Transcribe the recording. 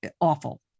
awful